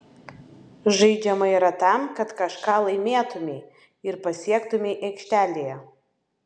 žaidžiama yra tam kad kažką laimėtumei ir pasiektumei aikštelėje